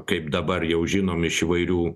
kaip dabar jau žinom iš įvairių